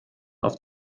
oft